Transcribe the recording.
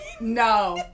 No